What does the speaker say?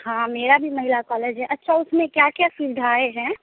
हाँ मेरा भी महिला कॉलेज है अच्छा उसमें क्या क्या सुविधाएँ हैं